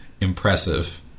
impressive